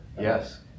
Yes